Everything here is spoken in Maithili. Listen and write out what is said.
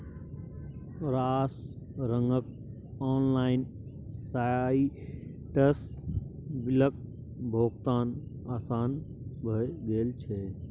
रास रंगक ऑनलाइन साइटसँ बिलक भोगतान आसान भए गेल छै